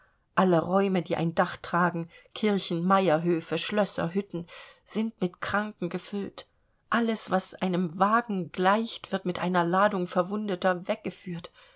alle räume die ein dach tragen kirchen meierhöfe schlösser hütten sind mit kranken gefüllt alles was einem wagen gleicht wird mit einer ladung verwundeter weggeführt